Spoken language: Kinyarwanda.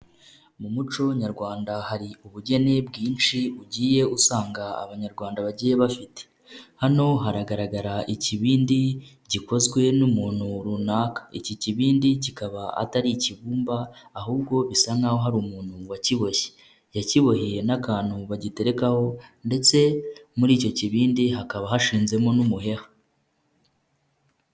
Mu muco nyarwanda hari ubugeni bwinshi ugiye usanga abanyarwanda bagiye bafite, hano haragaragara ikibindi gikozwe n'umuntu runaka, iki kibindi kikaba atari ikibumba ahubwo bisa nkaho hari umuntu wakiboshye, yakiboheye n'akantu bagiterekaho ndetse muri icyo kibindi hakaba hashinzemo n'umuheha.